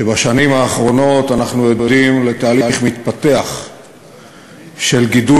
שבשנים האחרונות אנחנו עדים לתהליך מתפתח של גידול